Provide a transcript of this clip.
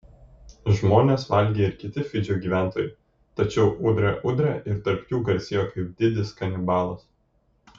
žmones valgė ir kiti fidžio gyventojai tačiau udre udre ir tarp jų garsėjo kaip didis kanibalas